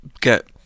Get